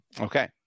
Okay